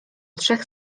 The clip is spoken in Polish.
trzech